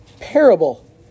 parable